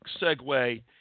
segue